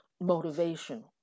motivation